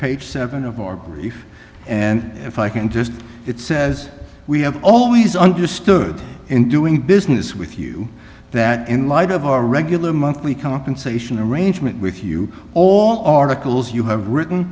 page seven of our brief and if i can just it says we have always understood in doing business with you that in light of our regular monthly compensation arrangement with you all articles you have written